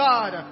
God